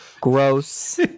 gross